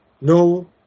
no